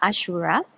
Ashura